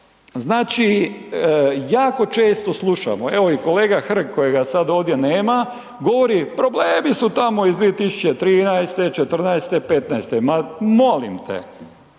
Znači, jako često slušamo, evo i kolega Hrg kojega sad ovdje nema govori, problemi su iz 2013., 14., 15. Ma molim te.